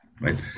right